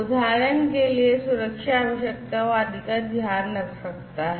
उदाहरण के लिए यह सुरक्षा आवश्यकताओं आदि का ध्यान रख सकता है